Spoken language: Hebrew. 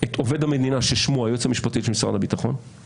את עובד המדינה, היועץ המשפטי של משרד הביטחון;